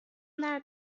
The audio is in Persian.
درد